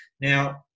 Now